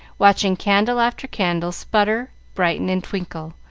watching candle after candle sputter, brighten, and twinkle,